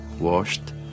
washed